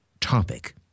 topic